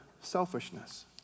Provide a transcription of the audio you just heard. selfishness